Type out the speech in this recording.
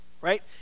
Right